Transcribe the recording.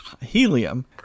helium